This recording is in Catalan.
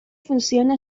funciona